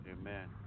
Amen